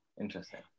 interesting